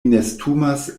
nestumas